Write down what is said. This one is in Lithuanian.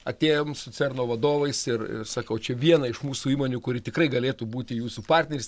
atėjom su cerno vadovais ir sakau čia viena iš mūsų įmonių kuri tikrai galėtų būti jūsų partneris